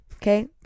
Okay